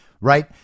right